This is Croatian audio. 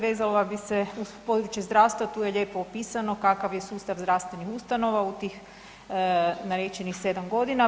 Vezala bi se u područje zdravstva tu je lijepo opisano kakav je sustav zdravstvenih ustanova u tih narečenih sedam godina.